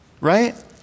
Right